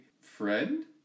Friend